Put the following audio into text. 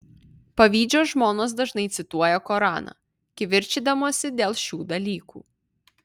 pavydžios žmonos dažnai cituoja koraną kivirčydamosi dėl šių dalykų